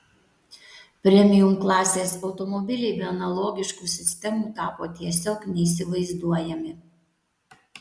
premium klasės automobiliai be analogiškų sistemų tapo tiesiog neįsivaizduojami